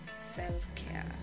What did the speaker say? self-care